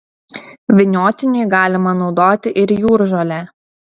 vyniotiniui galima naudoti ir jūržolę